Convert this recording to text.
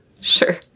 Sure